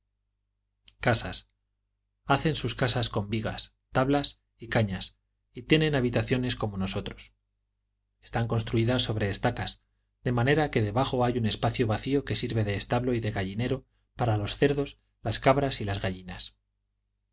casas hacen sus casas con vigas tablas y cañas y tienen habitaciones como nosotros están construidas sobre estacas de manera que debajo hay un espacio vacío que sirve de establo y de gallinero para los cerdos las cabras y las gallinas